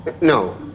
No